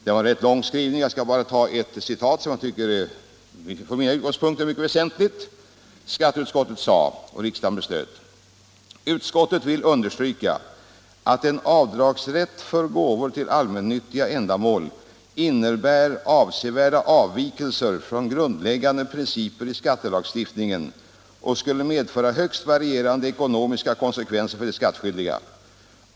Utskottets skrivning är rätt lång, och jag skall bara citera ett stycke som från mina utgångspunkter är mycket väsentligt: ”Utskottet vill understryka att en avdragsrätt för gåvor till allmännyttiga ändamål innebär avsevärda avvikelser från grundläggande principer i skattelagstiftningen och skulle medföra högst varierande ekonomiska konsekvenser för de skattskyldiga.